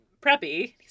preppy